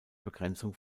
begrenzung